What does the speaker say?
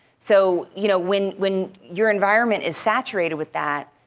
so you know when when your environment is saturated with that,